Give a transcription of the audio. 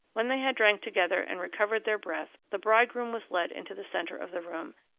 when they had drank together and recovered their breath, the bridegroom was led into the centre of the room,